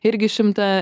irgi šimtą